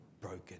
broken